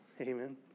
Amen